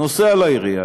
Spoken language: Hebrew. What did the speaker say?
נוסע לעירייה,